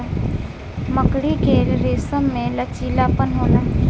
मकड़ी के रेसम में लचीलापन होला